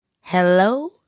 hello